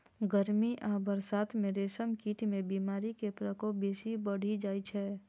गर्मी आ बरसात मे रेशम कीट मे बीमारी के प्रकोप बेसी बढ़ि जाइ छै